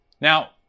Now